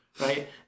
right